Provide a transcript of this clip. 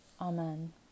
Amen